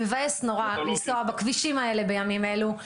מבאס נורא לנסוע בכבישים האלה בימים אלו,